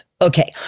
Okay